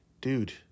dude